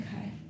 Okay